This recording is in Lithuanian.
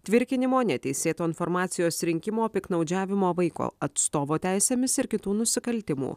tvirkinimo neteisėto informacijos rinkimo piktnaudžiavimo vaiko atstovo teisėmis ir kitų nusikaltimų